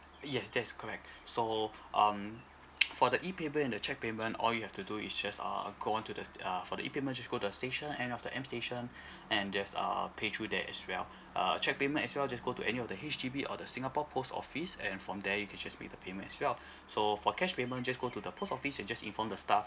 yes that's correct so um for the E payment and the cheque payment all you have to do is just uh go on to the uh for the E payment just go the station any of the M station and there's err pay through there as well uh cheque payment as well just go to any of the H_D_B or the singapore post office and from there you can just make the payment as well so for cash payment just go to the post office and just inform the staff